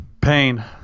pain